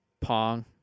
pong